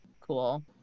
cool